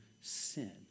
sin